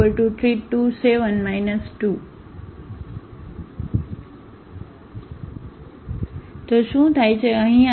A3 2 7 2 તો શું થાય છે